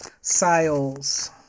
sales